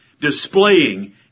displaying